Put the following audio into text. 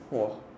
!wah!